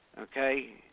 Okay